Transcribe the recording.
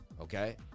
okay